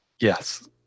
Yes